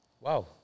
Wow